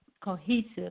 cohesive